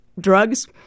drugs